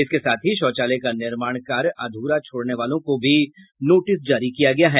इसके साथ ही शौचालय का निर्माण कार्य अध्रा छोड़ने वालों को भी नोटिस जारी किया गया है